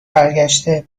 برگشته